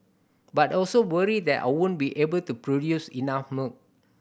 but also worry that I won't be able to produce enough milk